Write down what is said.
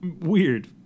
Weird